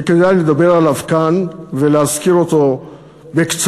שכדאי לדבר עליו כאן ולהזכיר אותו בקצרה,